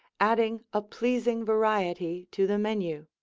adding a pleasing variety to the menu.